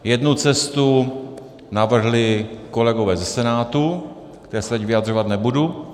Jednu cestu navrhli kolegové ze Senátu k té se teď vyjadřovat nebudu.